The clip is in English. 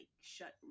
shut